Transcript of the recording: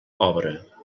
obra